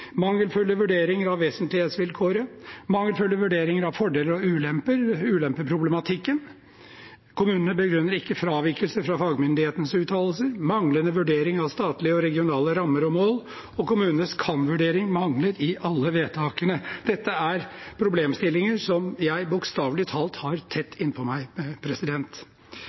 mangelfulle vurderinger av vesentlighetsvilkåret og mangelfulle vurderinger av fordel-/ulempeproblematikken. Kommunene begrunner ikke fravikelse fra fagmyndighetenes uttalelser. Det er manglende vurdering av statlige og regionale rammer og mål, og kommunenes «kan»-vurdering mangler i alle vedtakene. Dette er problemstillinger som jeg bokstavelig talt har tett innpå meg.